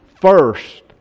first